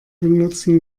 benutzen